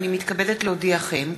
הנני מתכבדת להודיעכם,